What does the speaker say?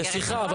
סליחה,